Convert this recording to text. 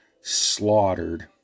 slaughtered